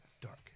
Dark